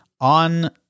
On